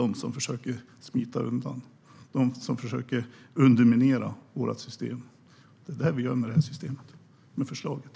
Med vårt förslag sätter vi stopp för dem som försöker smita undan och underminera systemet.